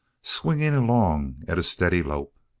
swinging along at a steady lope!